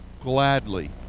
gladly